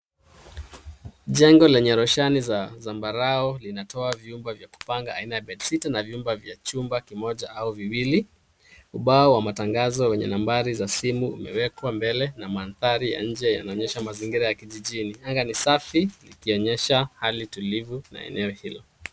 Jengo lenye roshani za zambarau linatoa vyumba vya kupanga aina ya bedsitter na vyumba vya chumba kimoja au viwili. Ubao wa matangazo wenye nambari za simu umewekwa mbele na mandhari ya nje yanaonyesha mazingira ya kijijini. Anga ni safi likionyesha hali tulivu na eneo hilo.